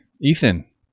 Ethan